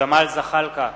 ג'מאל זחאלקה,